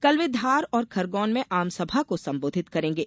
कल वे धार और खरगौन में आमसमा को संबोधित करेंगे